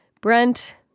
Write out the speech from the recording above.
Brent